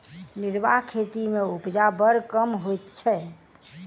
निर्वाह खेती मे उपजा बड़ कम होइत छै